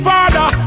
Father